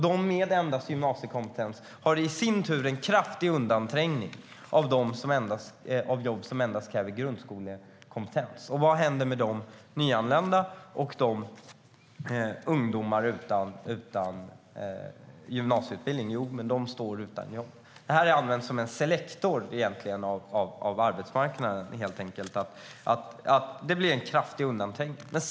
De med enbart gymnasiekompetens tränger i sin tur undan dem med enbart grundskolekompetens från de jobb som kräver enbart grundskolekompetens. Vad händer då med de nyanlända och med de ungdomar som saknar gymnasieutbildning? Jo, det står utan jobb. Detta används som en selektor av arbetsmarknaden. Det blir en kraftig undanträngning.